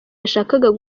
yashakaga